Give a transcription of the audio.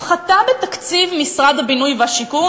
הפחתה בתקציב משרד הבינוי והשיכון,